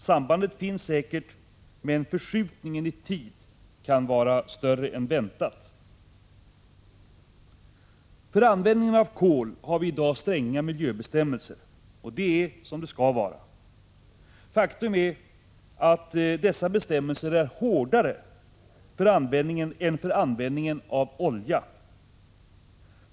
Sambandet finns säkert, men förskjutningen i tid kan vara större än väntat. För användning av kol har vi i dag stränga miljöbestämmelser, och det är som det skall vara. Faktum är att dessa bestämmelser är hårdare än bestämmelserna för användningen av olja.